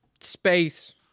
space